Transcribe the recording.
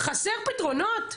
חסרים פתרונות?